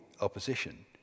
opposition